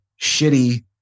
shitty